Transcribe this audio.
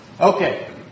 Okay